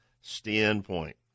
standpoint